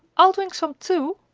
i'll drink some too,